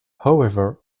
however